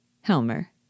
Helmer